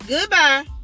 Goodbye